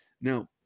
Now